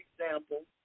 example